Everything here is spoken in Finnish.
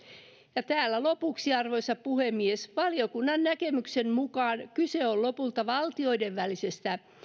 ja lopuksi arvoisa puhemies täällä valiokunnan näkemyksen mukaan kyse on lopulta valtioiden välisestä